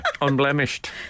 Unblemished